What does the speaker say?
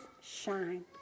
shine